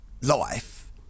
life